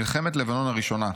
מלחמת לבנון הראשונה.